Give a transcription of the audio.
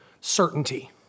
certainty